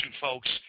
folks